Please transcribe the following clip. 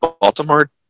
Baltimore